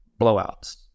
blowouts